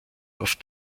auf